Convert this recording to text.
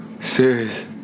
Serious